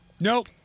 nope